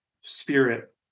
spirit